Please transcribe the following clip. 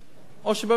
או שבאמת יש שאלה.